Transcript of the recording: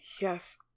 Yes